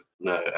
no